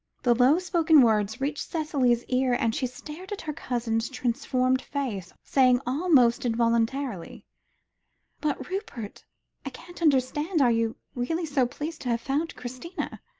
the low-spoken words reached cicely's ears, and she stared at her cousin's transformed face, saying almost involuntarily but rupert i can't understand. are you really so pleased to have found christina?